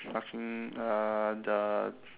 rough~ mm uhh the